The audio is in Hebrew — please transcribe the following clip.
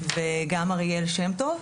וגם אריאל שם-טוב,